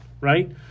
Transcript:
right